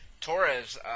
Torres